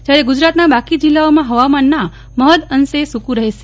જયારે ગુજરાતના બાકી જિલ્લાઓમાં હવામના મહદઅંશે સુકું રહેશે